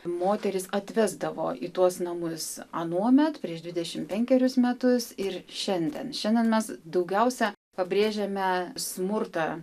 moteris atvesdavo į tuos namus anuomet prieš dvidešimt penkerius metus ir šiandien šiandien mes daugiausia pabrėžiame smurtą